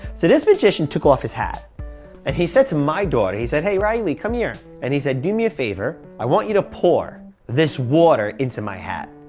this magician took off his hat and he said to my daughter. he said, hey, riley. come here. and he said, do me a favor. i want you to pour this water into my hat.